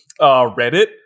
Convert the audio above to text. Reddit